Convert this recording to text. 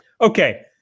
Okay